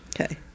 Okay